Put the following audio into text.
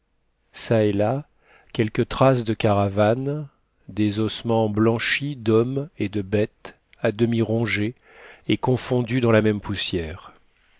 ça et là quelques traces de caravanes des ossements blanchis d'hommes et de bêtes à demi rongés et confondus dans la même poussière